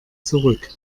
zurück